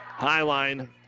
Highline